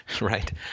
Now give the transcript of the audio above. Right